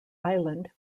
island